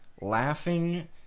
Laughing